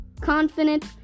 confident